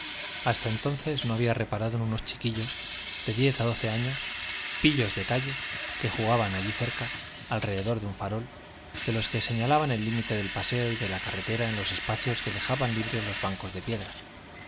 hasta entonces no había reparado en unos chiquillos de diez a doce años pillos de la calle que jugaban allí cerca alrededor de un farol de los que señalaban el límite del paseo y de la carretera en los espacios que dejaban libres los bancos de piedra